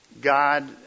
God